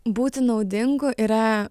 būti naudingu yra